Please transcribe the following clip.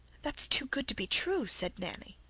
that's too good to be true, said nanny.